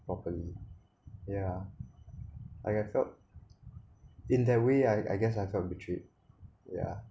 properly yeah I I felt in that way I I guess I felt betrayed yeah